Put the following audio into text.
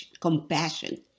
compassion